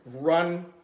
run